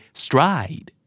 stride